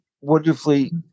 wonderfully